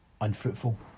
unfruitful